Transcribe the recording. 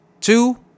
two